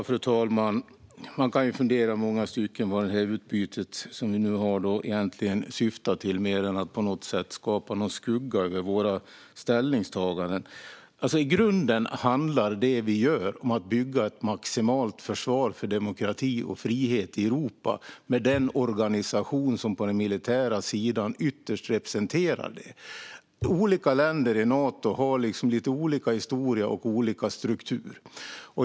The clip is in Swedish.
Fru talman! Man kan fundera i många stycken på vad det meningsutbyte som vi nu har egentligen syftar till mer än att på något sätt kasta en skugga över våra ställningstaganden. I grunden handlar det vi gör om att bygga ett maximalt försvar för demokrati och frihet i Europa med den organisation som på den militära sidan ytterst representerar detta. Olika länder i Nato har lite olika historia och olika struktur.